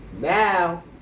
Now